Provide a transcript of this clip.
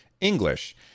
English